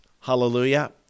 Hallelujah